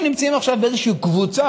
הם נמצאים עכשיו באיזו קבוצה,